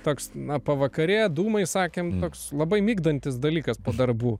toks na pavakarė dūmai sakėm toks labai migdantis dalykas po darbų